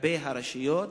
וכלפי הרשויות,